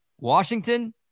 Washington